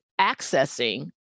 accessing